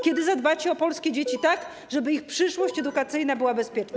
Kiedy zadbacie o polskie dzieci, tak żeby ich przyszłość edukacyjna była bezpieczna?